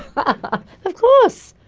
but of course.